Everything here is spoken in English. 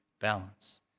balance